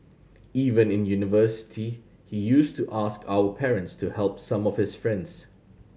even in university he used to ask our parents to help some of his friends